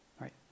right